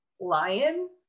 lion